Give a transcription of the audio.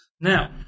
Now